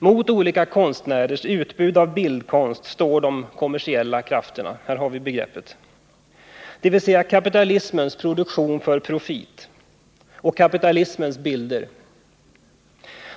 Mot olika konstnärers utbud av bildkonst står de kommersiella krafterna — här har vi begreppet — dvs. kapitalismens produktion för profit och kapitalismens bilder.